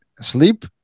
sleep